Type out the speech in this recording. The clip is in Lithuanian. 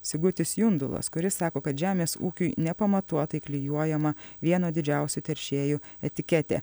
sigutis jundulas kuris sako kad žemės ūkiui nepamatuotai klijuojama vieno didžiausių teršėjų etiketė